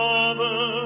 Father